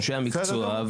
אנשי המקצוע,